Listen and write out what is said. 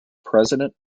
president